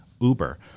Uber